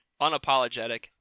Unapologetic